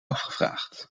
afgevraagd